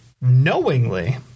knowingly